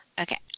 Okay